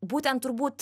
būtent turbūt